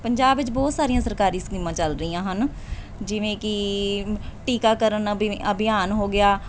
ਪੰਜਾਬ ਵਿੱਚ ਬਹੁਤ ਸਾਰੀਆਂ ਸਰਕਾਰੀ ਸਕੀਮਾਂ ਚੱਲ ਰਹੀਆਂ ਹਨ ਜਿਵੇਂ ਕਿ ਟੀਕਾਕਰਨ ਅਭਿ ਅਭਿਆਨ ਹੋ ਗਿਆ